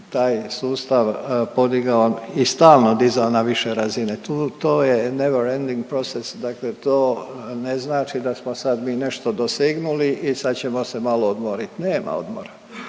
taj sustav podigao i stalno dizao na više razine. To je never ending process dakle to ne znači da smo sad mi nešto dosegnuli i sad ćemo se malo odmorit, nema odmora,